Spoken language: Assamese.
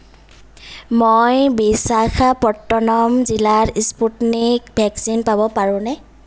মই বিশাখাপট্টনম জিলাত স্পুটনিক ভেকচিন পাব পাৰোঁনে